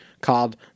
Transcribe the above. called